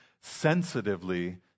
sensitively